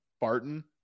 Barton